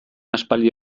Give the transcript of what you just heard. aspaldi